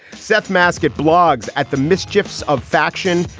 seth masket blogs at the mischiefs of faction.